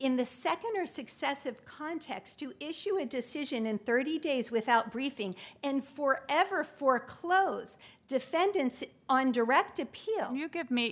in the second or successive context to issue a decision in thirty days without briefing and for ever for close defendants on direct appeal you get me